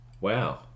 Wow